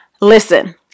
Listen